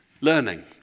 Learning